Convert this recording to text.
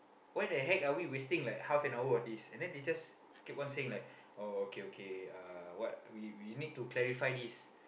why the heck are we wasting like half an hour on this and then they just keep on saying like oh okay okay uh what we we need to clarify this